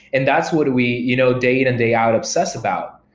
and that's what we you know day-in and day-out obsess about.